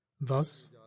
Thus